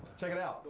check it out.